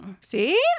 see